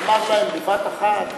אמר להם: בבת-אחת?